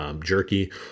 jerky